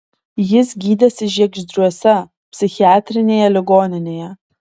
jis gydėsi žiegždriuose psichiatrinėje ligoninėje